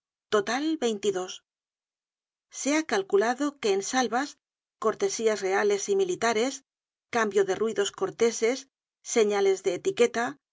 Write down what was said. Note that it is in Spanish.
total veintidos se ha calculado que en salvas cortesías reales y militares cambio de ruidos corteses señales de etiqueta